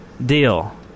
Deal